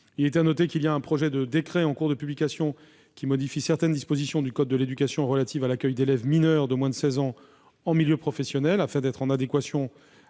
également à noter qu'un projet de décret, en cours de publication, modifie certaines dispositions du code de l'éducation relatives à l'accueil d'élèves mineurs de moins de 16 ans en milieu professionnel, afin d'être en adéquation avec l'article